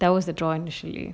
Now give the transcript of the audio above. that was a drawing